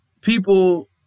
people